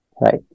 Right